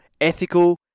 ethical